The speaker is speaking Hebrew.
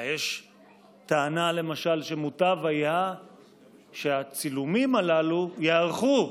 יש טענה, למשל, שמוטב היה שהצילומים הללו ייערכו,